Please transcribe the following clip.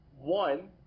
One